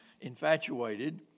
infatuated